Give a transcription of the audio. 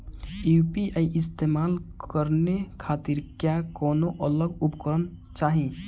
UPI इस्तेमाल करने खातिर क्या कौनो अलग उपकरण चाहीं?